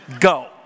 Go